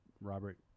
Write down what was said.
Robert